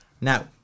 Now